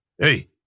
Hey